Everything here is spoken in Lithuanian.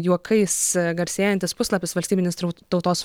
juokais garsėjantis puslapis valstybinis srau tautos